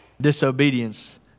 Disobedience